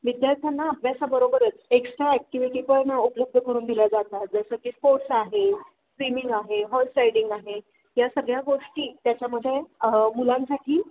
विद्यार्थ्यांना अभ्यासाबरोबरच extra activity पण उपलब्ध करून दिल्या जातात जसं की स्पोट्स आहे स्विमिंग आहे हॉर्स रायडिंग आहे या सगळ्या गोष्टी त्याच्यामध्ये मुलांसाठी